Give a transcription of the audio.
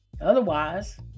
Otherwise